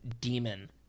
demon